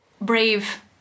brave